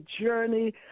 journey